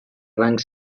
rang